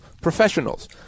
professionals